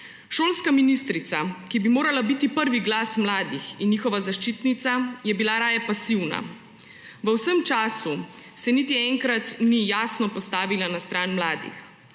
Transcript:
Šolska ministrica, ki bi morala biti prvi glas mladih in njihova zaščitnica, je bila raje pasivna. V vsem času se niti enkrat ni jasno postavila na stran mladih.